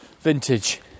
vintage